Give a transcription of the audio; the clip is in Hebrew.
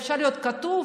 זה יכול להיות כתוב,